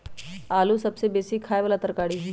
आलू सबसे बेशी ख़ाय बला तरकारी हइ